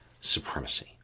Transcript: supremacy